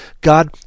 God